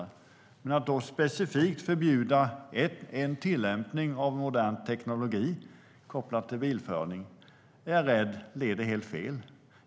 Men jag är rädd för att det leder helt fel att specifikt förbjuda en tillämpning av modern teknologi kopplad till bilkörning.